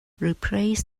replace